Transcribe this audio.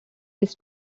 this